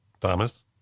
Thomas